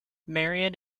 marian